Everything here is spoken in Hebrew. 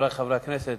חברי חברי הכנסת,